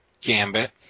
Gambit